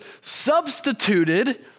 substituted